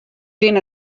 bin